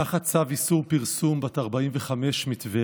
תחת צו איסור פרסום בת 45 מטבריה,